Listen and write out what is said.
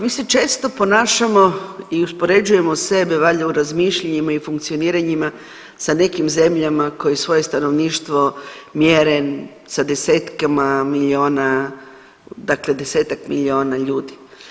Mi se često ponašamo i uspoređujemo sebe valjda u razmišljanjima i funkcioniranjima sa nekim zemljama koje svoje stanovništvo mjere sa desecima milijuna, dakle desetak milijuna ljudi.